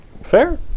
Fair